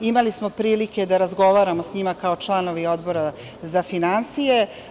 Imali smo prilike da razgovaramo sa njim kao članovi Odbora za finansije.